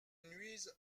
nuisent